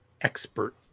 expert